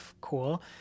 cool